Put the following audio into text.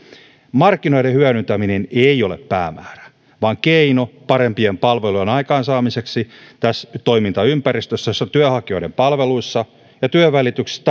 markkinoiden hyödyntäminen ei ole päämäärä vaan keino parem pien palvelujen aikaansaamiseksi tässä toimintaympäristössä jossa työnhakijoiden palveluissa ja työnvälityksessä